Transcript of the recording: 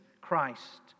Christ